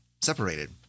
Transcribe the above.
separated